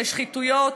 לשחיתויות.